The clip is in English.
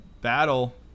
battle